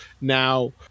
now